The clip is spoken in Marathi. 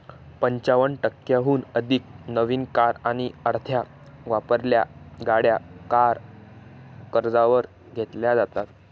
पंचावन्न टक्क्यांहून अधिक नवीन कार आणि अर्ध्या वापरलेल्या गाड्या कार कर्जावर घेतल्या जातात